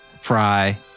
fry